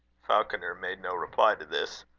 falconer made no reply to this.